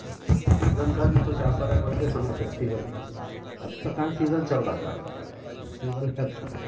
season کا بھی کچھ آفر ہے بول کے سنا فیسٹول اب سر کہاں سیزن چل رہا صاحب فیسٹول ہے اب تو